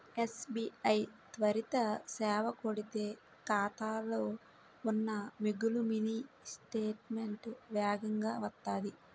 SBI త్వరిత సేవ కొడితే ఖాతాలో ఉన్న మిగులు మినీ స్టేట్మెంటు వేగంగా వత్తాది